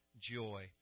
joy